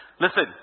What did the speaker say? Listen